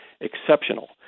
exceptional